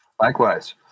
Likewise